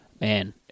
man